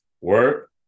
Work